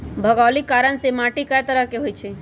भोगोलिक कारण से माटी कए तरह के होई छई